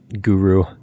guru